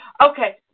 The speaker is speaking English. Okay